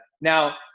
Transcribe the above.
Now